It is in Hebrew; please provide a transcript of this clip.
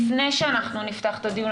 לפני שנפתח את הדיון,